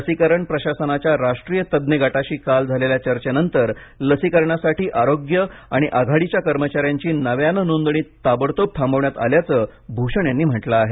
लसीकरण प्रशासनाच्या राष्ट्रीय तज्ञ गटाशी काल झालेल्या चर्चेनंतर लसीकरणासाठी आरोग्य आणि आघाडीच्या कर्मचाऱ्यांची नव्याने नोंदणी ताबडतोब थांबवण्यात आल्याचं भूषण यांनी म्हटलं आहे